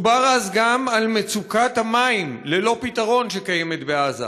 דוּבּר אז גם על מצוקת המים ללא פתרון שקיימת בעזה.